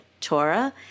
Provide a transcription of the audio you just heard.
Torah